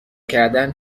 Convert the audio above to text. کردن